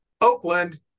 Oakland